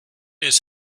his